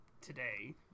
today